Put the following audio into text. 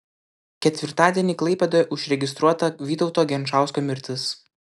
ketvirtadienį klaipėdoje užregistruota vytauto genčausko mirtis